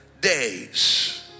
days